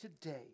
today